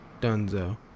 Dunzo